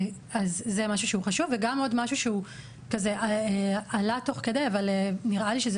גם עוד משהו שהוא עלה תוך כדי אבל נראה לי שזה